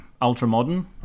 ultra-modern